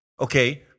Okay